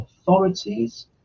authorities